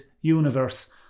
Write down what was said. universe